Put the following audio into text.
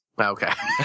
Okay